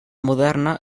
moderna